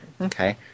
okay